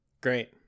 Great